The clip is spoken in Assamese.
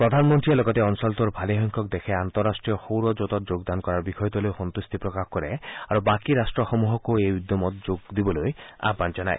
প্ৰধান মন্ত্ৰীয়ে লগতে অঞ্চলটোৰ ভালেসংখ্যক দেশে আন্তঃৰাষ্টীয় সৌৰ জোঁটত যোগদান কৰাৰ বিষয়টো লৈ সম্বট্টি প্ৰকাশ কৰে আৰু বাকী ৰাট্টসমূহকো এই উদ্যমত যোগ দিবলৈ আহান জনায়